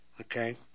okay